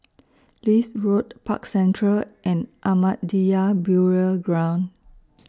Leith Road Park Central and Ahmadiyya Burial Ground